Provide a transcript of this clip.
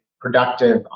Productive